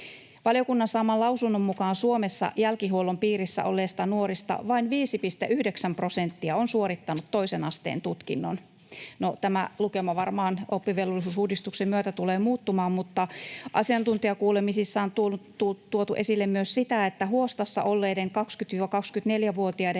Valiokunnan saaman lausunnon mukaan Suomessa jälkihuollon piirissä olleista nuorista vain 5,9 prosenttia on suorittanut toisen asteen tutkinnon. No, tämä lukema varmaan oppivelvollisuusuudistuksen myötä tulee muuttumaan, mutta asiantuntijakuulemisissa on tuotu esille myös sitä, että huostassa olleiden 20—24-vuotiaiden